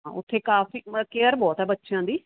ਹਾਂ ਉੱਥੇ ਕਾਫੀ ਕੇਅਰ ਬਹੁਤ ਆ ਬੱਚਿਆਂ ਦੀ